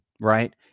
right